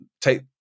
take